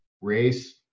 race